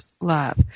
love